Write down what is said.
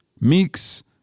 Meeks